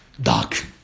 dark